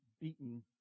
beaten